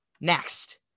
Next